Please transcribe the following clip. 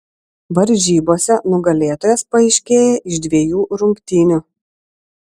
varžybose nugalėtojas paaiškėja iš dviejų rungtynių